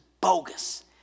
bogus